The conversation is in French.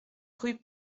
rue